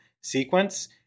sequence